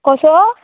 कसो